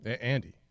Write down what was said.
Andy